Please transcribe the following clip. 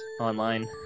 online